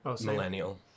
millennial